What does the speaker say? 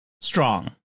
strong